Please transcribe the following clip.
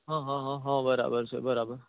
હા હા બરાબર છે બરાબર છે